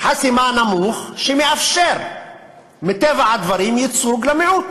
חסימה נמוך שמאפשר מטבע הדברים ייצוג למיעוט